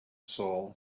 soul